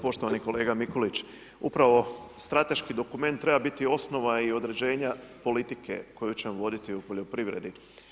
Poštovani kolega Mikulić, upravo strateški dokument treba biti osnova i određenja politike koju ćemo voditi u poljoprivredi.